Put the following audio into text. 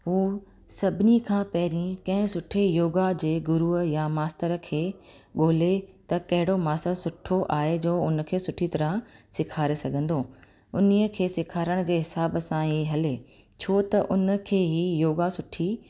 हो सभिनी खां पहिरीं कंहिं सुठे योगा जे गुरूअ या मास्तर खे ॻोल्हे त कहिड़ो मास्तर सुठो आहे जो उन खे सुठी तरह सेखारे सघंदो उन ई खे सेखारण जे हिसाब सां ई हले छो त उन खे ही योगा सुठी